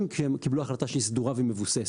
כי הם קיבלו החלטה שהיא סדורה ומבוססת.